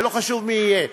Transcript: ולא חשוב מי יהיה?